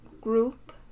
group